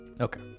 Okay